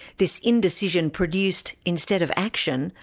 this indecision produced instead of action,